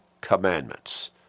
commandments